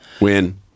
Win